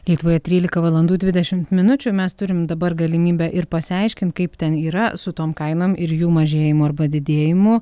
lietuvoje trylika valandų dvidešim minučių mes turim dabar galimybę ir pasiaiškint kaip ten yra su tom kainom ir jų mažėjimu arba didėjimu